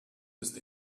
ist